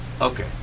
Okay